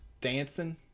dancing